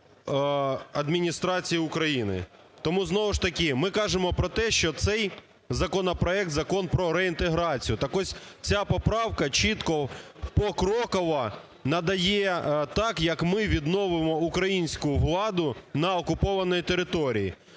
закон про реінтеграцію. Так ось ця поправка чітко, покроково надає так, як ми відновимо українську владу на окупованій території.